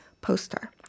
poster